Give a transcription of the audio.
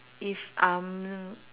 if I'm